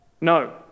No